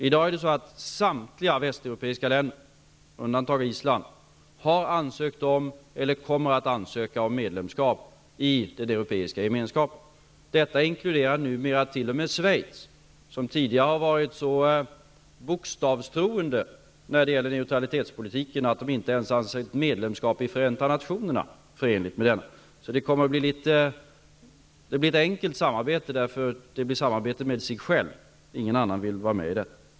I dag har samtliga västeuropeiska länder, med undantag av Island, ansökt om eller kommer att ansöka om medlemskap i Europeiska gemenskapen. Detta inkluderar numera t.o.m. Schweiz, som tidigare har varit så bokstavstroende när det gäller neutralitetspolitiken att man inte ens ansökt om medlemskap i Förenta nationerna, eftersom man inte har ansett detta vara förenligt med neutralitetspolitiken. Det kommer därför att bli ett enkelt samarbete för Vänsterpartiet, eftersom man kommer att få samarbeta med sig själv. Ingen annan vill vara med i detta.